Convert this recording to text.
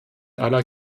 aller